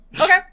Okay